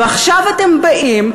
ועכשיו אתם באים,